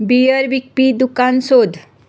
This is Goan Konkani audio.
बियर विकपी दुकान सोद